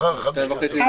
תבחר אחד מהאפשרויות.